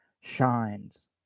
shines